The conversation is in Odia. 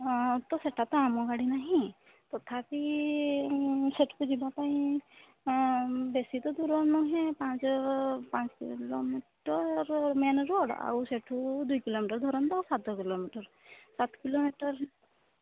ହଁ ତ ସେଟା ତ ଆମ ଗାଡ଼ି ନାହିଁ ତଥାପି ସେଠିକୁ ଯିବା ପାଇଁ ବେଶୀ ତ ଦୂର ନୁହେଁ ପାଞ୍ଚ ପାଞ୍ଚ କିଲୋମିଟର ମେନ୍ ରୋଡ଼୍ ଆଉ ସେଠୁ ଦୁଇ କିଲୋମିଟର ଧରନ୍ତୁ ସାତ କିଲୋମିଟର ସାତ କିଲୋମିଟର